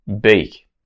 beak